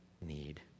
need